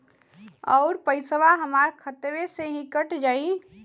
अउर पइसवा हमरा खतवे से ही कट जाई?